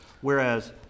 Whereas